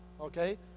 Okay